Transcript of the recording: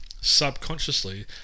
subconsciously